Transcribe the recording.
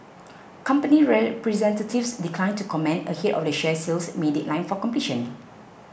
company representatives declined to comment ahead of the share sale's May deadline for completion